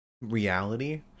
reality